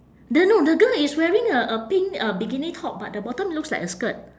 then no the girl is wearing a a pink uh bikini top but the bottom looks like a skirt